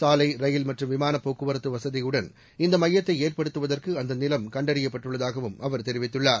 சாலை ரயில் மற்றும் விமான போக்குவரத்து வசதியுடன் இந்த மையத்தை ஏற்படுத்துவதற்கு அந்த நிலம் கண்டறியப்பட்டுள்ளதாகவும் அவர் தெரிவித்துள்ளார்